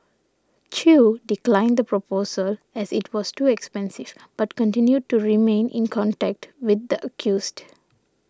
Chew declined the proposal as it was too expensive but continued to remain in contact with the accused